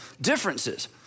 differences